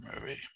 movie